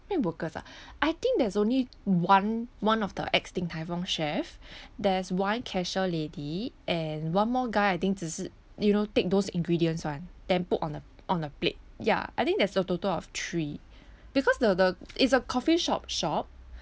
how many workers ah I think there's only one one of the ex din tai fung chef there's one cashier lady and one more guy I think zi si you know take those ingredients [one] then put on a on a plate ya I think there's a total of three because the the it's a coffee shop shop